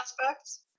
aspects